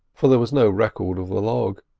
for there was no record of the log.